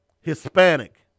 Hispanic